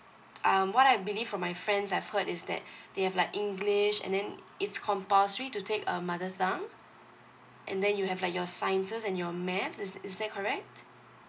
um what I believe from my friends have heard is that they have like english and then it's compulsory to take a mother tongue and then you have like your sciences and your maths is is that correct